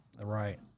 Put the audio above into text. right